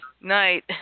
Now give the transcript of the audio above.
Night